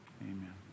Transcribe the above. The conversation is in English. Amen